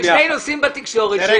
נושאים בתקשורת.